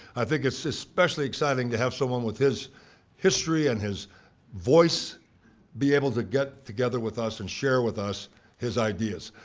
i think it's especially exciting to have someone with his history and his voice be able to get together with us and share with us his ideas.